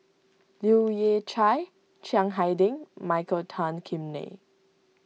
Leu Yew Chye Chiang Hai Ding Michael Tan Kim Nei